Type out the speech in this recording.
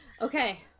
Okay